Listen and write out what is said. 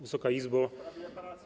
Wysoka Izbo!